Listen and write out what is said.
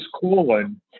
colon